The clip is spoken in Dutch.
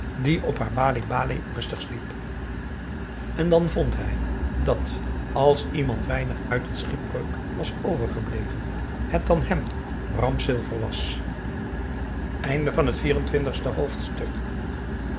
die op haar baleh baleh rustig sliep en dan vond hij dat als iemand weinig uit een schipbreuk was overgebleven het dan hem bram silver was p